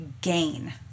gain